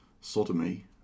sodomy